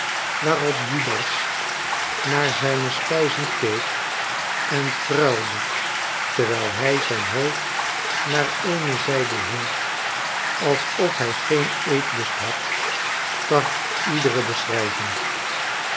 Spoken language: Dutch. waarop judas naar zijne spijzen keek en pruilde terwijl hij zijn hoofd naar eene zijde hield alsof hij geen eetlust had tart iedere beschrijving